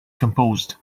composed